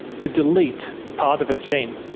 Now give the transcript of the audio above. to delete part of a gene.